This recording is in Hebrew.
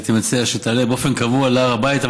הייתי מציע שתעלה באופן קבוע להר הבית,